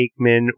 Aikman